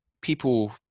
people